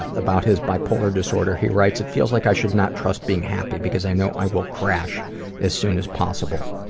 about his bipolar disorder, he writes, it feels like i should not trust being happy, because i know i will crash as soon as possible.